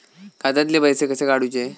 खात्यातले पैसे कसे काडूचे?